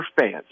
fans